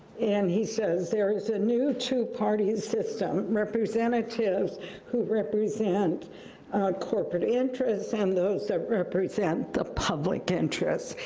and he says there is a new two-party system. representatives who represent corporate interests, and those that represent the public interest.